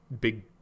big